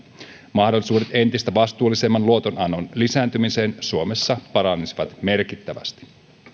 mahdollisuudet entistä vastuullisemman luotonannon lisääntymiseen suomessa paranisivat merkittävästi